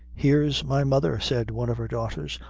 here's my mother, said one of her daughters,